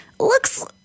Looks